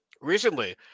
Recently